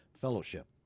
fellowship